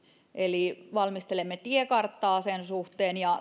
eli valmistelemme tiekarttaa sen suhteen ja